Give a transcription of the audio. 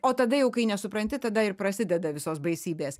o tada jau kai nesupranti tada ir prasideda visos baisybės